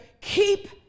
keep